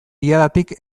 diadatik